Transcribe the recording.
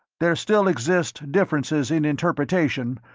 there still exist differences in interpretation,